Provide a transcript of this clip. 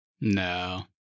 No